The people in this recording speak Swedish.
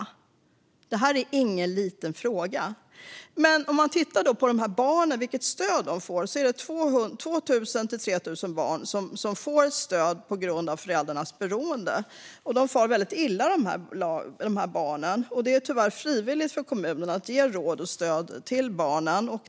Låt oss titta på vilket stöd de här barnen får. Det är 2 000-3 000 barn som får stöd på grund av föräldrarnas beroende. Dessa barn far väldigt illa, och det är tyvärr frivilligt för kommunerna att ge råd och stöd till dem.